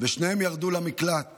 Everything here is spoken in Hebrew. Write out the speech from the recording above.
ושניהם ירדו למקלט